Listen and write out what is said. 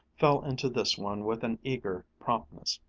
fell into this one with an eager promptness.